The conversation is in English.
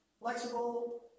flexible